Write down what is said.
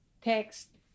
text